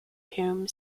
tomb